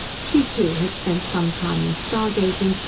she, too, had spent some time in star-gazing,